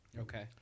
Okay